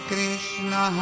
Krishna